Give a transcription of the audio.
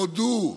הודו.